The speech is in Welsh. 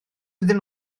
iddyn